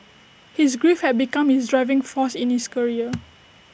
his grief had become his driving force in his career